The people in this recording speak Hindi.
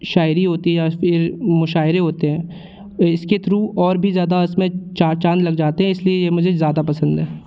शायरी होती है या फिर मुशायरे होते हैं इसके थ्रू और भी ज़्यादा उस में चार चाँद लग जाते हैं इस लिए ये मुझे ज़्यादा पसंद है